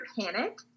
panic